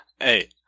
Hey